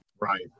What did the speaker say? Right